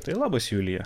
tai labas julija